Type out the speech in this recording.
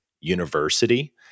university